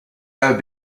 have